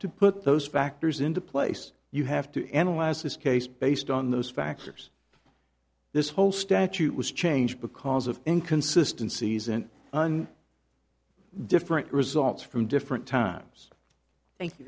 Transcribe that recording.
to put those factors into place you have to analyze this case based on those factors this whole statute was changed because of inconsistency isn't different results from different times thank you